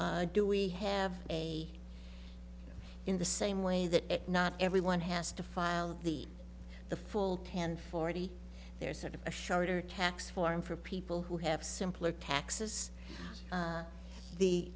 do we have a in the same way that not everyone has to file the the full ten forty there's sort of a shorter tax form for people who have simpler taxes